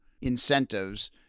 incentives